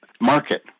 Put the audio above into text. market